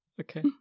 okay